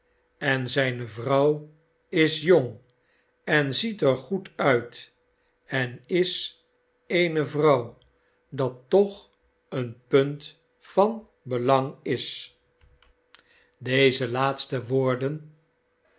en zijne vrouw is jong en ziet er goed uit en is eene vrouw dat toch een punt van belang is deze laatste woorden